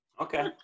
Okay